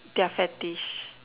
their fetish